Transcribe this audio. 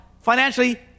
financially